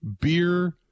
beer